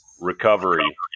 recovery